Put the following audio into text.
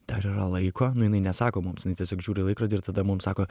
dar yra laiko nu jinai nesako mums jinai tiesiog žiūri į laikrodį ir tada mums sako